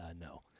No